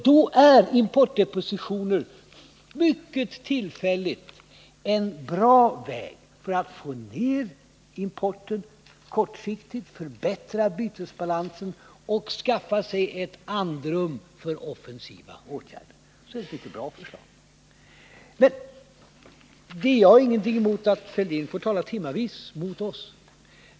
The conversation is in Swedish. Då är importdepositioner mycket tillfälligt en bra väg när det gäller att kortsiktigt få ner importen, förbättra bytesbalansen och skaffa sig ett andrum för offensiva åtgärder. Vi har ingenting emot att Thorbjörn Fälldin vill tala timmavis mot oss.